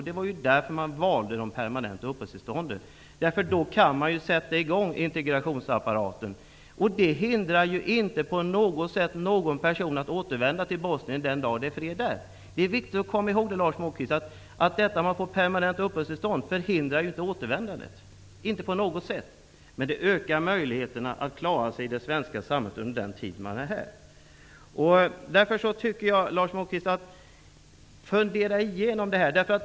Det var därför man valde att utfärda permanenta uppehållstillstånd. Om man gör det kan man ju sätta i gång integrationsapparaten. Det hindrar inte på något sätt någon person att återvända till Bosnien den dag det är fred där. Det är viktigt att komma ihåg att ett permanent uppehållstillstånd inte på något sätt förhindrar återvändandet, Lars Moquist. Men det ökar möjligheterna för flyktingarna att klara sig i det svenska samhället under den tid de är här. Jag tycker att Lars Moquist skall fundera igenom detta.